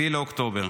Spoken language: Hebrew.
מ-7 באוקטובר.